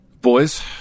Boys